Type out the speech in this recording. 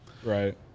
Right